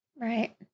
right